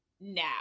now